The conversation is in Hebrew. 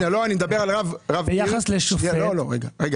איך יכול להיות שרב עיר שהוא לא ראש